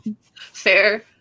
Fair